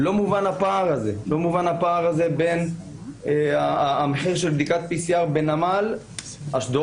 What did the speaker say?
הפער הזה לא מובן בין בדיקת PCR שעושים בנמל אשדוד